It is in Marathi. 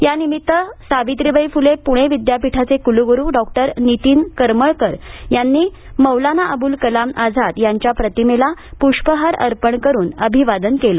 या निमित्त सावित्रीबाई फुले पुणे विद्यापीठाचे क्लग़रू डॉक्टर नीतीन करमळकर यांनी मौलाना अबुल कलाम आझाद यांच्या प्रतिमेला पुष्पहार अर्पण करून अभिवादन केलं